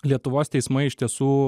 lietuvos teismai iš tiesų